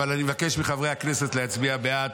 אבל אני מבקש מחברי הכנסת להצביע בעד.